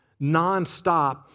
nonstop